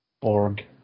Borg